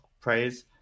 praise